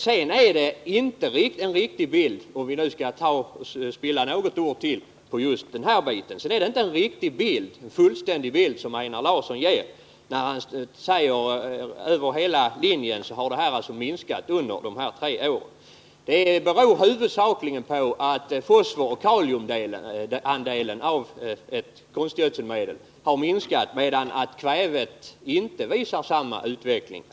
Det är inte en riktig och fullständig bild — om vi nu skall spilla ytterligare några ord på just det — som Einar Larsson ger när han säger att användningen av handelsgödsel minskat under de här tre åren. Fosforoch kaliumdelen av konstgödselmedlen har minskat, medan kvävet inte visar samma utveckling.